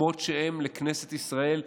כמות שהם לכנסת ישראל,